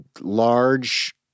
large